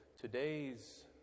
today's